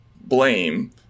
blame